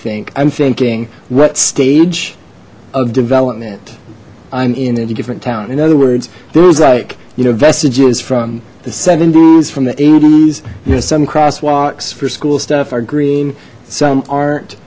think i'm thinking what stage of development i'm in a different town in other words there's like you know vestiges from the s from the s you know some crosswalks for school stuff are green some aren't